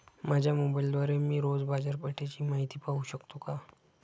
माझ्या मोबाइलद्वारे मी रोज बाजारपेठेची माहिती पाहू शकतो का?